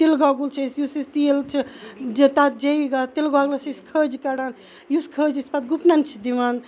تِل گۄگُل چھِ أسۍ یُس أسۍ تیٖل چھُ تِل گۄگلَس چھِ أسۍ کھٔج کَڑان یُس کھٔج أسۍ پَتہٕ گُپنَن چھِ دِوان